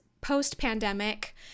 post-pandemic